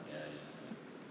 ya ya ya